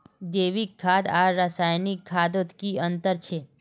जैविक खाद आर रासायनिक खादोत की अंतर छे?